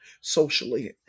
socially